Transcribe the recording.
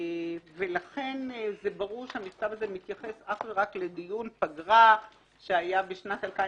לכן ברור שהמכתב הזה מתייחס אך ורק לדיון פגרה שהיה בשנת 2017,